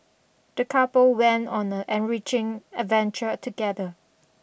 the couple went on a enriching adventure together